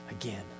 again